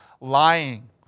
lying